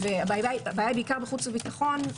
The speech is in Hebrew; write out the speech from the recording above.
הבעיה היא בעיקר בחוץ וביטחון.